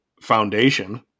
Foundation